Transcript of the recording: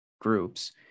groups